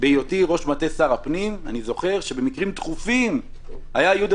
בהיותי ראש מטה שר הפנים אני זוכר שבמקרים דחופים היה יהודה